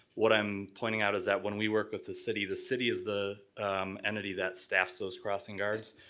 what i'm pointing out is that when we work with the city, the city is the entity that staffs those crossing guards.